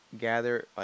gather